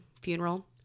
funeral